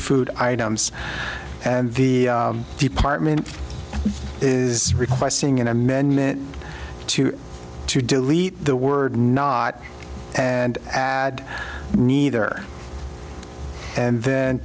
food items and the department is requesting an amendment to to delete the word not and add neither and then